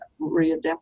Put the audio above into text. readapt